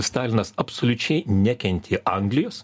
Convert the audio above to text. stalinas absoliučiai nekentė anglijos